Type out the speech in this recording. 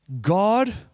God